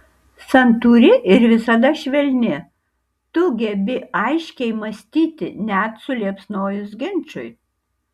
santūri ir visada švelni tu gebi aiškiai mąstyti net suliepsnojus ginčui